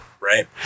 Right